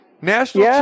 national